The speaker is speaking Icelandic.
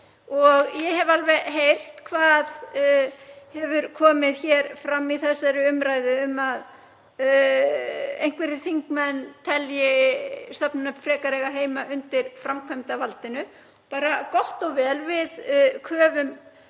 Ég hef alveg heyrt hvað hefur komið hér fram í þessari umræðu um að einhverjir þingmenn telji stofnunin frekar eiga heima undir framkvæmdarvaldinu. Gott og vel. Við köfum